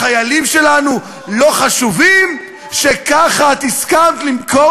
החיילים שלנו לא חשובים שככה את הסכמת למכור